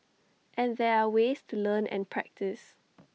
and there are ways to learn and practice